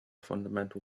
fundamental